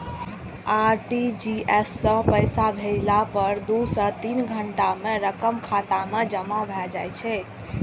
RTGS सं पैसा भेजला पर दू सं तीन घंटा मे रकम खाता मे जमा भए जाइ छै